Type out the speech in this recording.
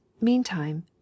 meantime